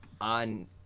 on